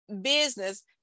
business